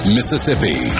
Mississippi